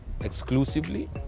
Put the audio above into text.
exclusively